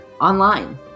online